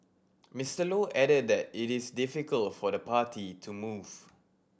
Mister Low added that it is difficult for the party to move